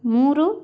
ಮೂರು